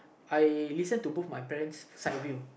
I listen to both my parents side view